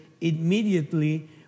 immediately